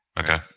Okay